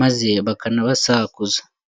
maze bakanabasakuza.